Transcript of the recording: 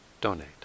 donate